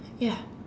ya